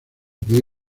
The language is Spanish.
puede